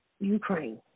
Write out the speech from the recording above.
Ukraine